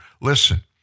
Listen